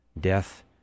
Death